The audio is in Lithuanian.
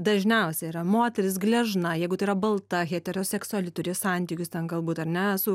dažniausiai yra moteris gležna jeigu yra balta heteroseksuali turi santykius ten galbūt ar ne su